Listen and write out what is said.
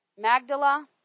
Magdala